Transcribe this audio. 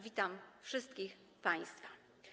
Witam wszystkich państwa.